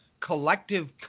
collective